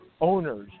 owners